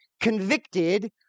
convicted